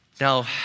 Now